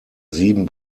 sieben